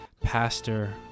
Pastor